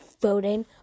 voting